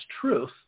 truth